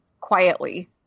quietly